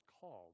called